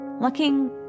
looking